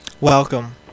Welcome